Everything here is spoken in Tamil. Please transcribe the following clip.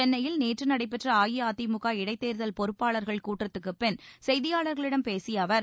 சென்னையில் நேற்று நடைபெற்ற அஇஅதிமுக இடைத் தேர்தல் பொறுப்பாளர்கள் கூட்டத்திற்குப் பின் செய்தியாளர்களிடம் பேசிய அவர்